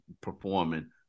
performing